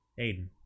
Aiden